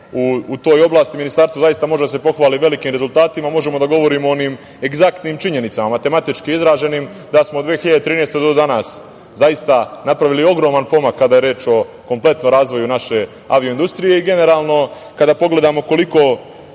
u toj oblasti, Ministarstvo zaista može da se pohvali velikim rezultatima, možemo da govorimo o egzaktnim činjenicama, matematički izraženim, da smo od 2013. godine do danas zaista napravili ogroman pomak kada je reč o kompletnom razvoju naše avio industrije. Generalno, kada pogledamo koliko